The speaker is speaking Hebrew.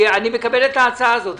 אני מקבל את ההצעה הזאת.